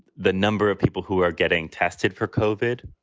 the number of people who are getting tested for kofod,